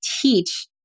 teach